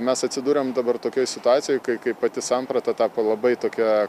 mes atsidūrėm dabar tokioj situacijoj kai kai pati samprata tapo labai tokia